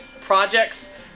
projects